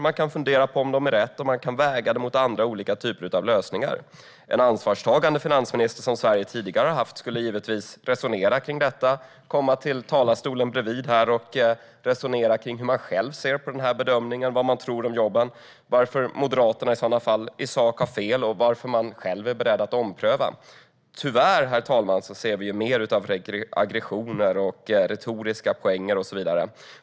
Man kan fundera på om de är riktiga, och man kan väga dem mot andra typer av lösningar. En ansvarstagande finansminister, som Sverige tidigare har haft, skulle givetvis resonera kring detta, komma till talarstolen här bredvid och resonera kring hur man själv ser på bedömningen, vad man tror om jobben och varför Moderaterna i så fall i sak har fel och varför man själv är beredd att ompröva. Tyvärr, herr talman, ser vi mer av aggressioner, retoriska poänger och så vidare.